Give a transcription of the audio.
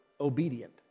obedient